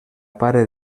pare